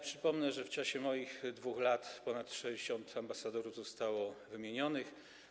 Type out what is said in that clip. Przypomnę, że w czasie moich 2 lat ponad 60 ambasadorów zostało wymienionych.